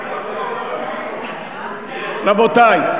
רבותי,